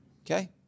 Okay